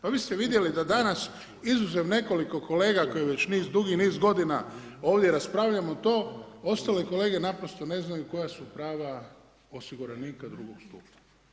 Pa vi ste vidjeli da danas izuzev nekoliko kolega koji već dugi niz godina ovdje raspravljamo to, ostale kolege naprosto ne znaju koja su prava osiguranika drugog stupa.